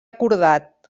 acordat